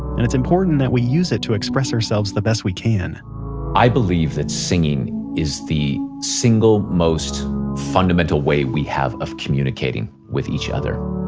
and it's important that we use it to express ourselves the best we can i believe that singing is the single most fundamental way we have of communicating with each other,